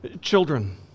Children